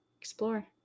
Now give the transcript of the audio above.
explore